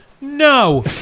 No